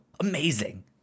Amazing